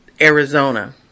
Arizona